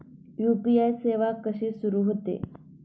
UPI सेवा कशी सुरू होते?